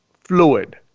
fluid